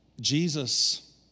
Jesus